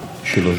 שלוש דקות,